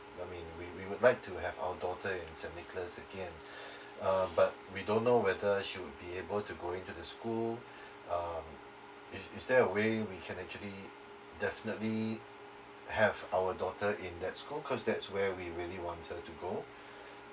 I mean we we would like to have our daughter in saint nicholas again uh but we don't know whether she will be able to go into the school um is is there a way we can actually definitely have our daughter in that school cause that's where we really want her to go